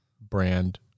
brand